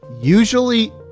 usually